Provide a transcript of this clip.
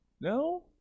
No